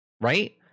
Right